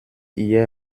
hier